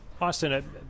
Austin